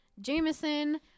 Jameson